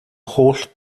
holl